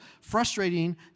frustrating